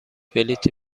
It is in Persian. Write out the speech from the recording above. بلیطی